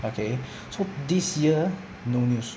okay so this year no news